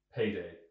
Payday